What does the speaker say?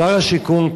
שר השיכון,